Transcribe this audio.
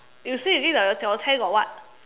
you say again your your tent got what